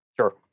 Sure